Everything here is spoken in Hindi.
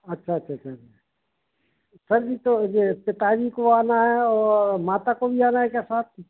अच्छा अच्छा अच्छा सर जी तो ये पिताजी को आना है और माता को भी आना है क्या साथ में